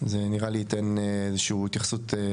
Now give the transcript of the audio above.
זה נראה לי ייתן איזה שהיא התייחסות,